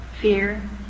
fear